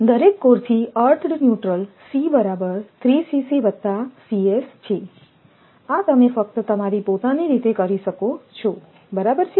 દરેક કોરથી earthed neutral C બરાબર છે આ તમે ફક્ત તમારી પોતાની રીતે કરી શકો છો બરાબર છે